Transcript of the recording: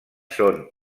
són